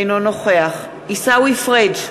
אינו נוכח עיסאווי פריג'